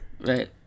Right